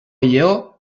lleó